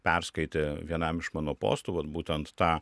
perskaitė vienam iš mano postų vat būtent tą